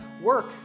work